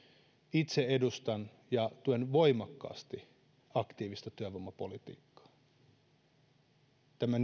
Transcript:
itse edustan ja tuen voimakkaasti aktiivista työvoimapolitiikkaa tämä